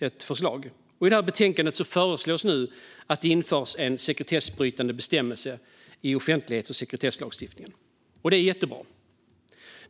ett förslag. I detta betänkande föreslås nu att det ska införas en sekretessbrytande bestämmelse i offentlighets och sekretesslagstiftningen. Det är jättebra.